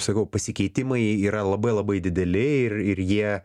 sakau pasikeitimai yra labai labai dideli ir ir jie